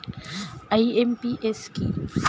IMPS কি?